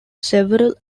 several